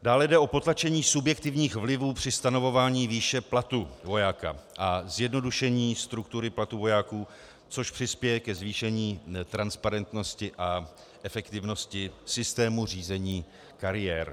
Dále jde o potlačení subjektivních vlivů při stanovování výše platu vojáka a zjednodušení struktury platu vojáků, což přispěje ke zvýšení transparentnosti a efektivnosti systému řízení kariér.